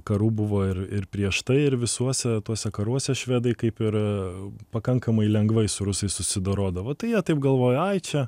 karų buvo ir ir prieš tai ir visuose tuose karuose švedai kaip ir pakankamai lengvai su rusais susidorodavo tai jie taip galvojo ai čia